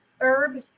herb